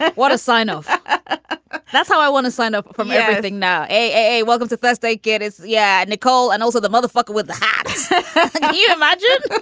what a sign of ah that's how i want to sign up for um everything now a welcome the best they get. yeah. nicole and also the motherfucker with the hat you imagine